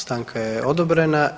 Stanka je odobrena.